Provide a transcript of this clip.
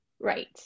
Right